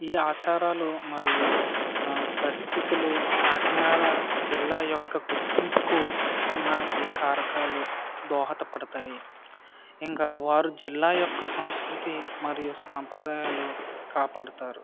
ఈ ఆచారాలు మరియు పరిస్థితులు కాకినాడ జిల్లా యొక్క గుర్తింపుకు మనకి కారకాలు దోహదపడతాయి ఇంకా వారు జిల్లా యొక్క సంస్కృతి మరియు సాంప్రదాయాలు కాపాడుతారు